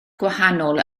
gwahanol